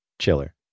chiller